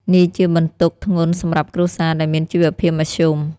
នេះជាបន្ទុកធ្ងន់សម្រាប់គ្រួសារដែលមានជីវភាពមធ្យម។